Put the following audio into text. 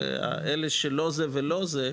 ואלה שלא זה ולא זה,